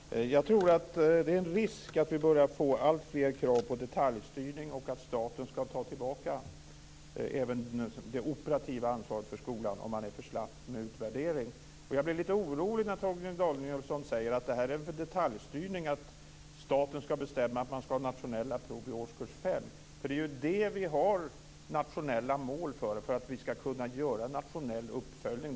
Fru talman! Jag tror att det är en risk att vi börjar få alltfler krav på detaljstyrning och att staten skall ta tillbaka även det operativa ansvaret för skolan om man är för slapp med utvärdering. Jag blir lite orolig när Torgny Danielsson säger att det är detaljstyrning att staten skall bestämma att man skall ha nationella prov i årskurs fem. Vi har ju nationella mål för att vi skall kunna göra en nationell uppföljning.